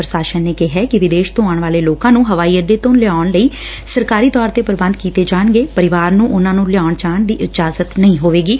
ਪ੍ਰਸ਼ਾਸਨ ਨੇ ਕਿਹੈ ਕਿ ਵਿਦੇਸ਼ ਤੋਂ ਆਉਣ ਵਾਲੇ ਲੋਕਾਂ ਨੂੰ ਹਵਾਈ ਅੱਡੇ ਤੋਂ ਲਿਆਉਣ ਲਈ ਸਰਕਾਰੀ ਤੌਰ ਤੇ ਪ੍ਰਬੰਧ ਕੀਤੇ ਜਾਣਗੇ ਪਰਿਵਾਰ ਨੂੰ ਉਨ੍ਹਾਂ ਨੂੰ ਲਿਆਉਣ ਜਾਣ ਦੀ ਇਜਾਜਤ ਨਹੀਂ ਹੋਵੇਗੀ